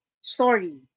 Story